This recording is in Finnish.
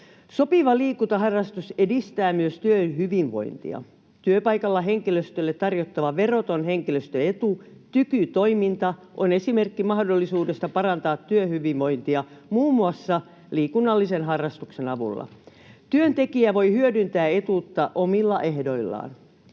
Sopiva liikuntaharrastus edistää myös työhyvinvointia. Työpaikalla henkilöstölle tarjottava veroton henkilöstöetu, tykytoiminta, on esimerkki mahdollisuudesta parantaa työhyvinvointia muun muassa liikunnallisen harrastuksen avulla. Työntekijä voi hyödyntää etuutta omilla ehdoillaan.